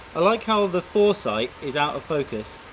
i like how the foresight is out of focus,